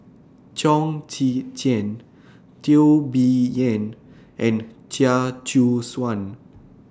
Chong Tze Chien Teo Bee Yen and Chia Choo Suan